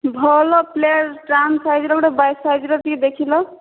ଭଲ plate stamp size ର ଗୋଟେ ବାଇଶ ସାଇଜ୍ ର ଟିକିଏ ଦେଖିଲ